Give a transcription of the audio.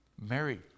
Mary